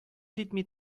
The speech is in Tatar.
җитми